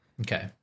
okay